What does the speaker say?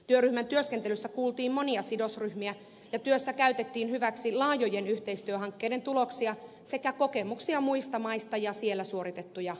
työryhmän työskentelyssä kuultiin monia sidosryhmiä ja työssä käytettiin hyväksi laajojen yhteistyöhankkeiden tuloksia sekä kokemuksia muista maista ja niissä suoritettuja tutkimuksia